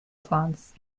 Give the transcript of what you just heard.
plans